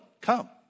Come